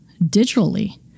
digitally